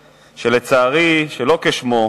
לצערי, שלא כשמו,